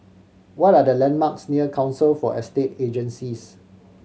what are the landmarks near Council for Estate Agencies